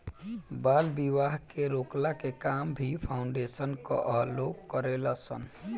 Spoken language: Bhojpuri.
बाल विवाह के रोकला के काम भी फाउंडेशन कअ लोग करेलन सन